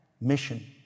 mission